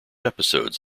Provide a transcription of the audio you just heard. episodes